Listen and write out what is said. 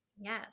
Yes